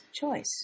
choice